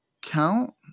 count